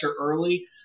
early